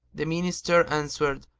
the minister answered,